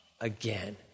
again